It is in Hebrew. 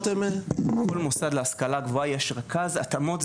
בכל מוסד להשכלה גבוהה יש רכז התאמות.